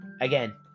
again